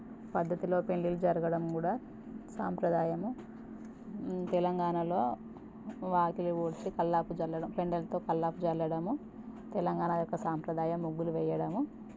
పద్ధతిలో పెళ్ళిళ్ళు జరగడం కూడా సాంప్రదాయము తెలంగాణాలో వాకిలి ఊడ్చి కల్లాపి చల్లడం పెండలతో కల్లాపి చల్లడము తెలంగాణ యొక్క సాంప్రదాయం ముగ్గులు వెయ్యడం